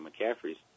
McCaffrey's